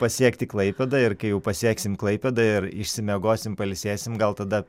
pasiekti klaipėdą ir kai jau pasieksim klaipėdą ir išsimiegosim pailsėsim gal tada